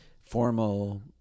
formal